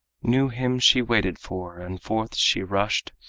knew him she waited for, and forth she rushed,